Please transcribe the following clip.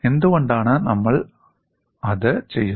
എന്തുകൊണ്ടാണ് നമ്മൾ അത് ചെയ്യുന്നത്